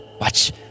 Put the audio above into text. watch